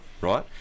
right